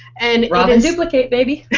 and rob and duplicate baby.